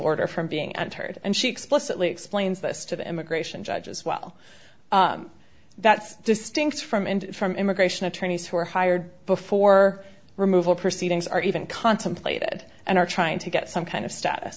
order from being entered and she explicitly explains this to the immigration judge as well that's just stinks from and from immigration attorneys who were hired before removal proceedings are even contemplated and are trying to get some kind of st